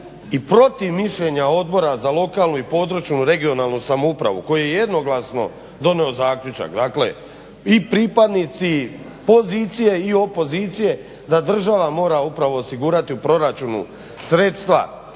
i protiv mišljenja Odbora za lokalnu i područnu regionalnu samoupravu koji je jednoglasno donio zaključak. Dakle i pripadnici pozicije i opozicije da država upravo osigurati u proračunu sredstva